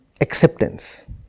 acceptance